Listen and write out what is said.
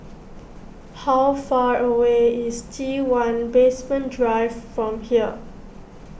how far away is T one Basement Drive from here